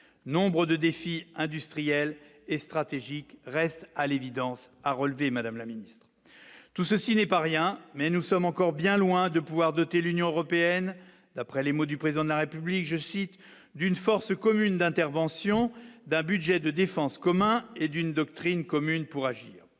nombre de défis industriels et stratégique reste à l'évidence, a relevé Madame la Ministre, tout ceci n'est pas rien, mais nous sommes encore bien loin de pouvoir doter l'Union européenne d'après les mots du président de la République, je cite, d'une force commune d'intervention d'un budget de défense commun et d'une doctrine commune pour agir